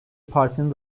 partinin